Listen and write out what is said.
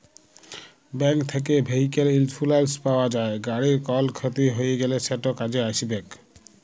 bank থ্যাকে vehicle insurance পাউয়া যায়, গাড়ির কল খ্যতি হ্যলে সেট কাজে আইসবেক